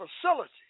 facility